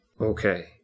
Okay